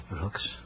Brooks